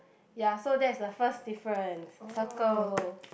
ya so that's the first difference circle